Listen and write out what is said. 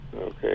Okay